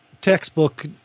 textbook